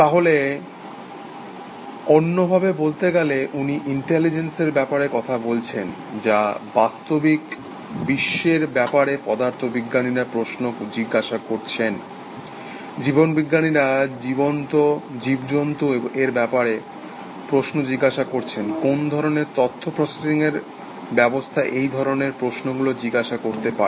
তাহলে অন্যভাবে বলতে গেলে উনি ইন্টেলিজেন্স এর ব্যাপারে কথা বলছেন যা বাস্তবিক বিশ্বের ব্যাপারে পদার্থ বিজ্ঞানীরা প্রশ্ন জিজ্ঞাসা করছেন জীববিজ্ঞানীরা জীবন্ত জীবজন্তু এর ব্যাপারে প্রশ্ন জিজ্ঞাসা করছেন কোন ধরণের তথ্য প্রসেসিং এর ব্যবস্থা এই ধরণের প্রশ্নগুলো জিজ্ঞাসা করতে পারে